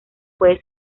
puede